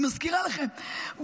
אני מזכירה לכם,